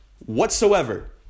whatsoever